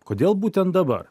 kodėl būtent dabar